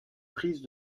prise